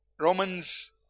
Romans